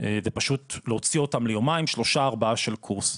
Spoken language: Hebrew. ופשוט להוציא אותם ליומיים, שלושה, ארבעה של קורס.